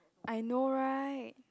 I know right